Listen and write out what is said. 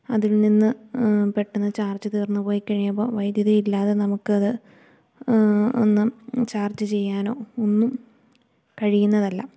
അതിൽ നിന്ന് പെട്ടെന്ന് ചാർജ്ജ് തീർന്ന്പോയിക്കഴിയുമ്പോൾ വൈദ്യുതി ഇല്ലാതെ നമുക്കത് ഒന്നും ചാർജ്ജ് ചെയ്യാനോ ഒന്നും കഴിയുന്നതല്ല